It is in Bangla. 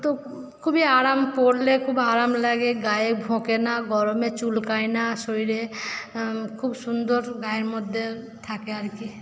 তো খুবই আরাম পরলে খুব আরাম লাগে গায়ে ভোঁকে না গরমে চুলকায় না শরীরে খুব সুন্দর গায়ের মধ্যে থাকে আর কি